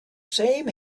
same